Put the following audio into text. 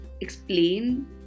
explain